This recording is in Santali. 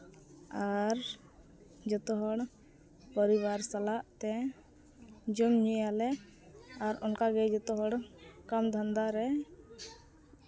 ᱟᱨ ᱡᱚᱛᱚᱦᱚᱲ ᱯᱚᱨᱤᱵᱟᱨ ᱥᱟᱞᱟᱜ ᱛᱮ ᱡᱚᱢᱼᱧᱩᱭᱟᱞᱮ ᱚᱱᱠᱟᱜᱮ ᱡᱚᱛᱚ ᱦᱚᱲ ᱠᱟᱢ ᱫᱷᱟᱱᱫᱟ ᱨᱮ